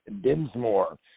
Dinsmore